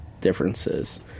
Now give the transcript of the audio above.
differences